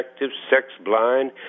sex-blind